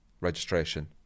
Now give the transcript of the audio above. registration